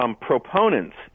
Proponents